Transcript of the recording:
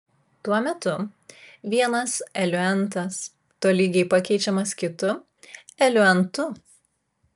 tuo metu vienas eliuentas tolygiai pakeičiamas kitu eliuentu